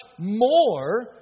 more